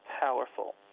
powerful